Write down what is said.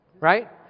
right